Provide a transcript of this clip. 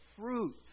fruit